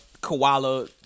koala